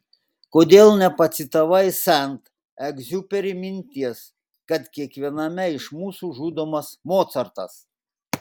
kodėl nepacitavai sent egziuperi minties kad kiekviename iš mūsų žudomas mocartas